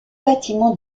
bâtiments